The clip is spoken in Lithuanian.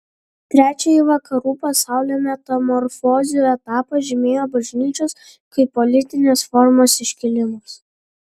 trečiąjį vakarų pasaulio metamorfozių etapą žymėjo bažnyčios kaip politinės formos iškilimas